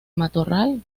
matorral